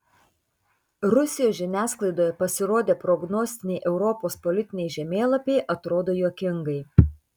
rusijos žiniasklaidoje pasirodę prognostiniai europos politiniai žemėlapiai atrodo juokingai